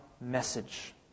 message